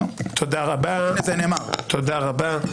תודה רבה.